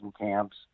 camps